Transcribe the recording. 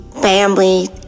family